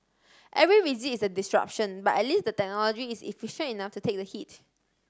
every visit is a disruption but at least the technology is efficient enough to take the hit